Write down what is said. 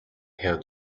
have